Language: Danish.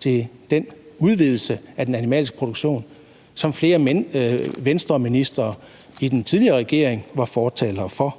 til den udvidelse af den animalske produktion, som flere Venstreministre i den tidligere regering var fortalere for,